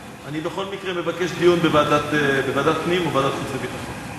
בכל מקרה אני מבקש דיון בוועדת הפנים או בוועדת החוץ והביטחון.